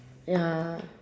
ya